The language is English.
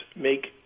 make